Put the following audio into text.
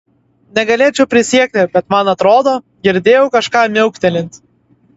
negalėčiau prisiekti bet man atrodo girdėjau kažką miauktelint